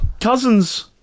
Cousins